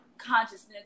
Consciousness